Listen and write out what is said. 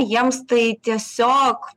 jiems tai tiesiog